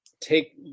take